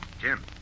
Jim